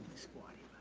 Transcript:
squatting